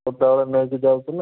ସଦାବେଳେ ନେଇକି ଯାଉଛୁ ନା